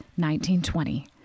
1920